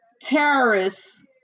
terrorists